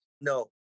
No